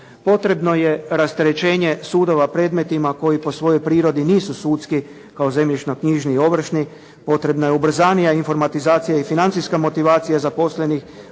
Potrebno je rasterećenje sudova predmetima koji po svojoj prirodi nisu sudski kao zemljišno-knjižni i ovršni. Potrebna je ubrzanija informatizacija i financijska motivacija zaposlenih